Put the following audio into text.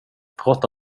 prata